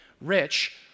rich